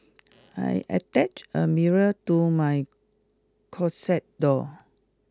I attached a mirror to my closet door